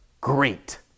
great